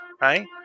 right